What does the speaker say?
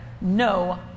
no